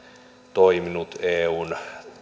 toiminut eun